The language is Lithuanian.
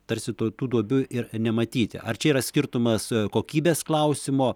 tarsi tų tų duobių ir nematyti ar čia yra skirtumas kokybės klausimo